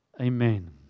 Amen